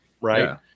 right